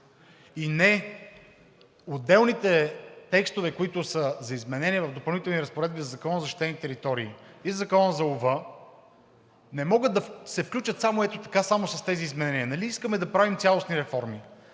и не отделните текстове, които са за изменение в Допълнителните разпоредби в Закона за защитените територии и в Закона за лова, не могат да се включат само ето така, само с тези изменения. Нали искаме да правим цялостни реформи?!